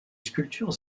sculptures